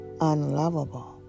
unlovable